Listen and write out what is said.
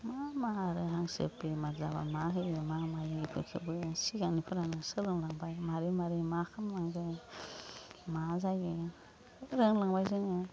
मा मा आरो हांसो बेमार जाबा मा होयो मा मायो इफोरखोबो सिगांनिफोरानो सोलोंलांबाय मारै मारै मा खामनांगो मा जायो रोंलांबाय जोङो